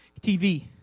TV